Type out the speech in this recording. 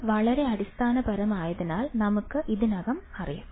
ഇത് വളരെ അടിസ്ഥാനപരമായതിനാൽ നമുക്ക് ഇതിനകം അറിയാം